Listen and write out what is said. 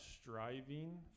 striving